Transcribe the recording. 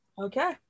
Okay